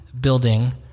building